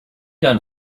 gun